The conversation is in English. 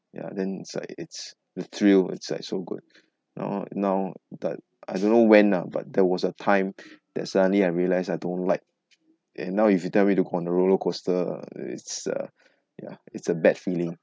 ya then it's like it's the thrill it's like so good now now that I don't know when lah but there was a time that suddenly I realise I don't like eh now if you tell me to go on the roller coaster it's uh ya it's a bad feeling